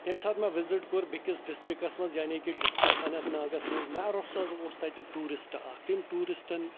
ییٚمہِ ساتہٕ مےٚ وِزِٹ کوٚر بیٚکِس ڈِسٹرکَس منٛز یعنی کہ ڈِسٹرک اننت ناگَس منٛز اوس تَتہِ ٹوٗرِسٹ اَکھ تٔمۍ ٹوٗرِسٹَن